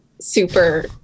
super